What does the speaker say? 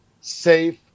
safe